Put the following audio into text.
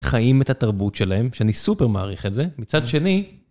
חיים את התרבות שלהם, שאני סופר מעריך את זה, מצד שני.